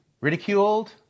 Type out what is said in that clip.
ridiculed